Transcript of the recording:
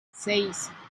seis